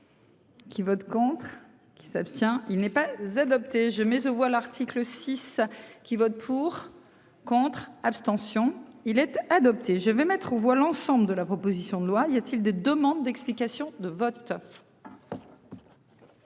Qui vote contre qui s'abstient. Il n'est pas z'adopté je mais je vois l'article 6 qui votent pour, contre, abstention il être adopté. Je vais mettre aux voix l'ensemble de la proposition de loi, il y a-t-il de demandes d'explications de vote.